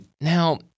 Now